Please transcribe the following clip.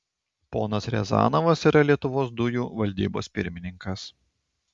ponas riazanovas yra lietuvos dujų valdybos pirmininkas